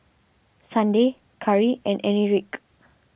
Sunday Cari and Enrique